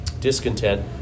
discontent